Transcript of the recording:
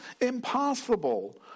impossible